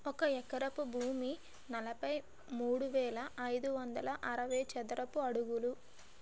ఒక ఎకరం భూమి నలభై మూడు వేల ఐదు వందల అరవై చదరపు అడుగులు